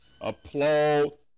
Applaud